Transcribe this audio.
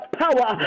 power